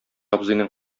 абзыйның